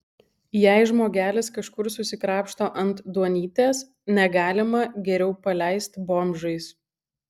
jei žmogelis kažkur susikrapšto ant duonytės negalima geriau paleist bomžais